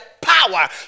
power